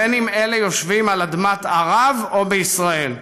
בין אם אלה יושבים על אדמת ערב או בישראל.